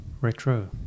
retro